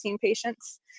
patients